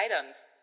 items